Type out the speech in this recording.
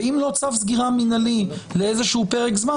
ואם לא צו סגירה מינהלי לפרק זמן,